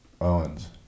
Owens